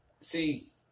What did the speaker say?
see